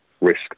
risk